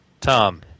Tom